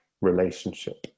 relationship